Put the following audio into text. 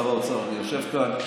שר האוצר יושב כאן,